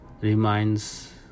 reminds